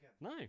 No